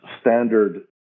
standard